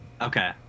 Okay